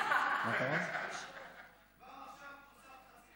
כבר עכשיו הוספת חצי דקה.